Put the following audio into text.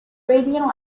radio